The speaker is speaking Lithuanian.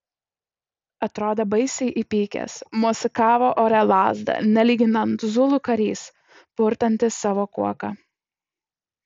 atrodė baisiai įpykęs mosikavo ore lazda nelyginant zulų karys purtantis savo kuoką